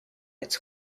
its